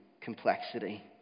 complexity